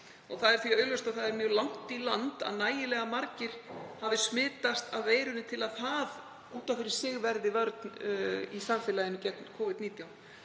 Það er því augljóst að það er mjög langt í land að nægilega margir hafi smitast af veirunni til að það út af fyrir sig verði vörn í samfélaginu gegn Covid-19.